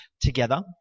together